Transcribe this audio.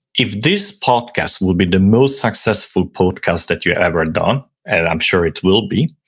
if this podcast will be the most successful podcast that you've ever and done and i'm sure it will be,